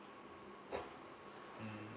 mm